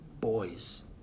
boys